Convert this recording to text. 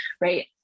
right